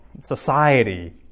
society